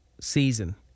season